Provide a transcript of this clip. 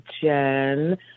jen